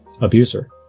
abuser